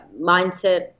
mindset